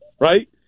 right